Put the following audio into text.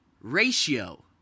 ratio